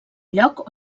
lloc